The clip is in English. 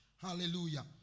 Hallelujah